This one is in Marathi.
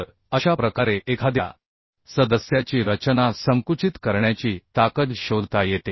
तर अशा प्रकारे एखाद्या सदस्याची रचना संकुचित करण्याची ताकद शोधता येते